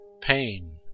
pain